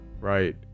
right